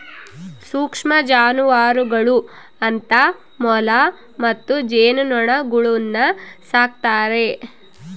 ಸೂಕ್ಷ್ಮ ಜಾನುವಾರುಗಳು ಅಂತ ಮೊಲ ಮತ್ತು ಜೇನುನೊಣಗುಳ್ನ ಸಾಕ್ತಾರೆ